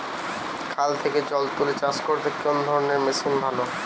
খাল থেকে জল তুলে চাষ করতে কোন ধরনের মেশিন ভালো?